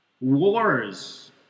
Wars